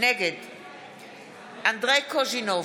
נגד אנדרי קוז'ינוב,